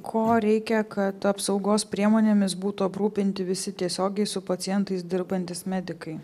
ko reikia kad apsaugos priemonėmis būtų aprūpinti visi tiesiogiai su pacientais dirbantys medikai